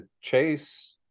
chase